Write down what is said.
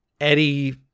Eddie